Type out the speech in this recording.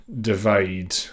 divide